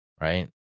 Right